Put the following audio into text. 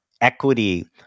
equity